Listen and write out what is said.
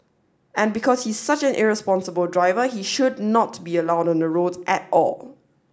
and because he's such an irresponsible driver he should not be allowed on the roads at all